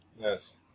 Yes